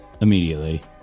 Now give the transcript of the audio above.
immediately